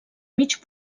mig